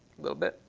little bit.